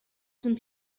some